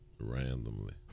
Randomly